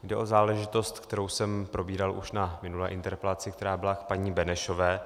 Jde o záležitost, kterou jsem probíral už na minulé interpelaci, která byla k paní Benešové.